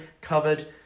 covered